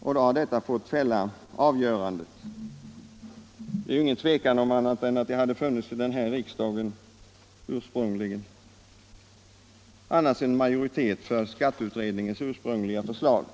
och då har det fått fälla avgörandet. Det råder inget tvivel om att det i denna riksdag annars hade funnits en majoritet för skatteutredningens ursprungliga förslag.